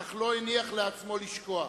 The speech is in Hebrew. אך לא הניח לעצמו לשקוע.